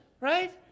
right